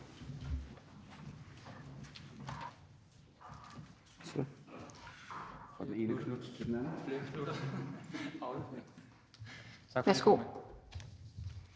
Jeg er godt